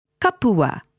Kapua